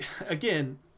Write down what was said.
Again